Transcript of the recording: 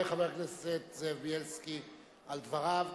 תודה רבה לחבר הכנסת זאב בילסקי על דבריו.